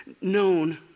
known